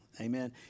Amen